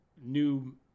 new